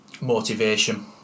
motivation